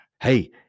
hey